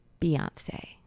Beyonce